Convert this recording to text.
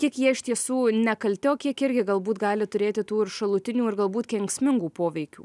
kiek jie iš tiesų nekalti o kiek irgi galbūt gali turėti tų ir šalutinių ir galbūt kenksmingų poveikių